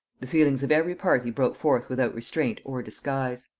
the feelings of every party broke forth without restraint or disguise.